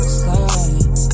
slide